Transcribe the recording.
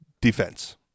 defense